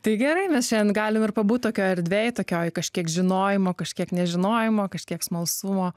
tai gerai nes šiandien galim ir pabūti tokioje erdvėje tokioje kažkiek žinojimo kažkiek nežinojimo kažkiek smalsumo